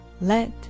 let